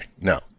no